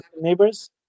neighbors